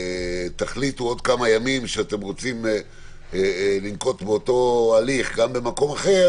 תחליטו עוד כמה ימים שאתם רוצים לנקוט באותו הליך גם במקום אחר